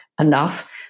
enough